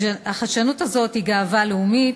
החדשנות הזאת היא גאווה לאומית,